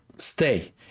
stay